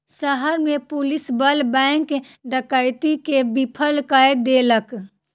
शहर में पुलिस बल बैंक डकैती के विफल कय देलक